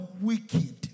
wicked